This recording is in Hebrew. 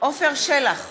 עפר שלח,